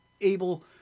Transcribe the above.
able